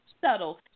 subtle